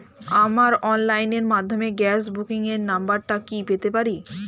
আমার অনলাইনের মাধ্যমে গ্যাস বুকিং এর নাম্বারটা কি পেতে পারি?